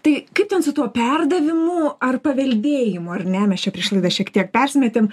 tai kaip ten su tuo perdavimu ar paveldėjimu ar ne mes čia prieš laidą šiek tiek persimetėm